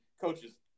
coaches